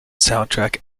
soundtrack